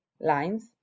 lines